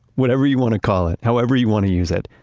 whatever you wanna call it, however you want to use it,